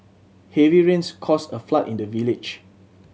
heavy rains caused a flood in the village